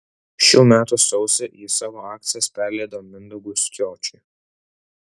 šių metų sausį ji savo akcijas perleido mindaugui skiočiui